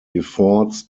efforts